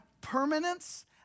permanence